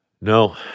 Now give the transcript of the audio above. no